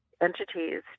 entities